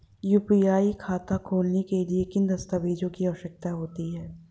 UPI खाता खोलने के लिए किन दस्तावेज़ों की आवश्यकता होती है?